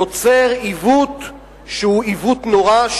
יוצר עיוות שהוא נורא,